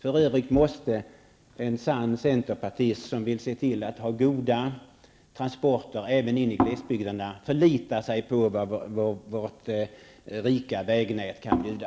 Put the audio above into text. För övrigt måste en sann centerpartist, som vill ha goda transporter även inne i glesbygderna, förlita sig på vad vårt rika vägnät kan bjuda.